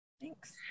Thanks